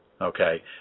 Okay